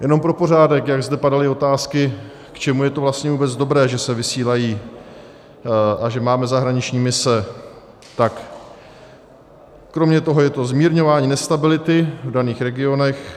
Jenom pro pořádek, jak zde padaly otázky, k čemu je to vlastně vůbec dobré, že se vysílají a že máme zahraniční mise, tak kromě toho je to zmírňování nestability v daných regionech.